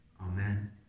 Amen